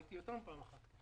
הייתי שם יותר מפעם אחת.